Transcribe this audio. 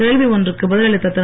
கேள்வி ஒன்றுக்கு பதில் அளித்த திரு